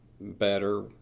better